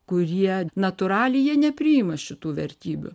kurie natūraliai jie nepriima šitų vertybių